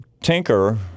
Tinker